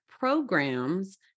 Programs